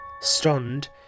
Stunned